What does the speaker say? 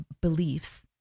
beliefs